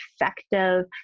effective